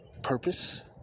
Purpose